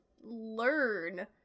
learn